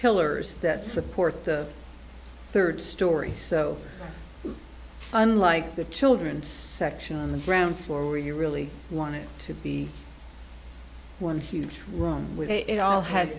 pillars that support the third story so unlike the children's section on the ground floor where you really want it to be one huge room with it all ha